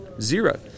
zero